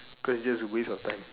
cause that was a waste of time